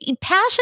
passion